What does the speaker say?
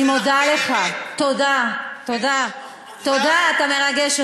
ואני אומר את זה